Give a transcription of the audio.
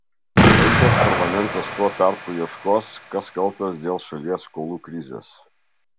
graikijos parlamentas tuo tarpu ieškos kas kaltas dėl šalies skolų krizės